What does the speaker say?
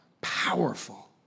powerful